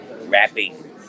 rapping